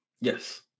Yes